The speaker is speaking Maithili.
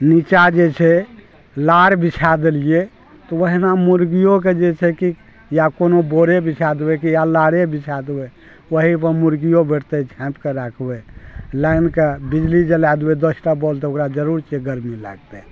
नीचा जे छै लार बिछा देलियै तऽ ओहिना मुर्गियोके जे छै कि या कोनो बोरे बिछा देबै कि या लारे बिछा देबै ओही पर मुर्गियो बैठतै छाँपि कऽ राखबै लाइनके बिजली जला देबै दस टा बॉल तऽ ओकरा जरूर छै गरमी लागतै